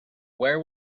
where